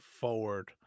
forward